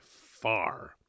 far